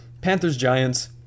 Panthers-Giants